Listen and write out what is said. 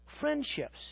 friendships